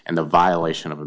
and the violation of